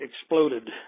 exploded